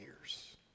years